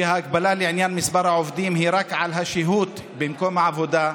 כי ההגבלה לעניין מספר העובדים היא רק על השהות במקום העבודה,